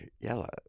yellow